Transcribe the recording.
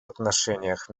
отношениях